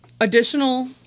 additional